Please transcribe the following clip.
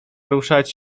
ruszać